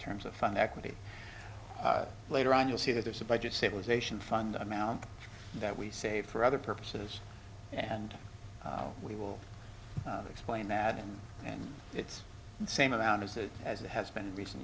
terms of fund equity later on you'll see that there's a budget stabilization fund amount that we save for other purposes and we will explain that in and it's the same amount as it as it has been recent